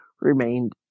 remained